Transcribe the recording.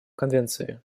конвенции